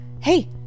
Hey